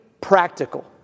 practical